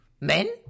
Men